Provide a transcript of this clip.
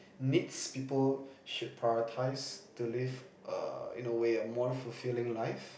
needs people should prioritize to live err in a way a more fulfilling life